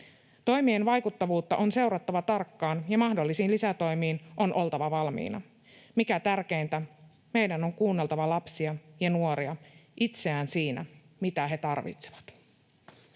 Toimien vaikuttavuutta on seurattava tarkkaan ja mahdollisiin lisätoimiin on oltava valmiina. Mikä tärkeintä, meidän on kuunneltava lapsia ja nuoria itseään siinä, mitä he tarvitsevat.